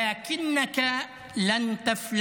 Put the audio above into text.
אבל אתה לא תחמוק